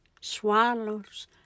swallows